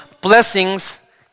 blessings